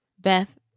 Beth